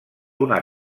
una